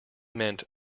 meant